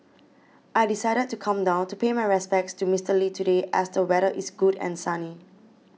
I decided to come down to pay my respects to Mister Lee today as the weather is good and sunny